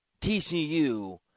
TCU